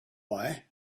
why